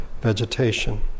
vegetation